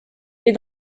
est